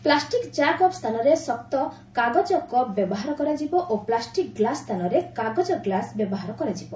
plastic ଚା cup ସ୍ଥାନରେ ଶକ୍ତ କାଗଜକପ୍ ବ୍ୟବହାର କରାଯିବ ଓ ପ୍ଲାଷ୍ଟିକ୍ ଗ୍ଲାସ୍ ସ୍ଥାନରେ କାଗଜ ଗ୍ଲାସ୍ ବ୍ୟବହାର କରାଯିବ